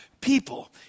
People